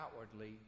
outwardly